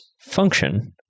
function